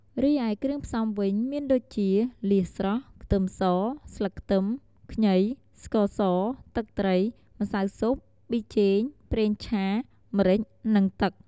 រីឯគ្រឿងផ្សំវិញ មានដូចជា លៀសស្រស់ ខ្ទឹមស ស្លឹកខ្ទឹម ខ្ងី ស្ករស ទឹកត្រី ម្សៅស៊ុប ប៊ីចេង ប្រេងឆា ម្រេច និងទឹក។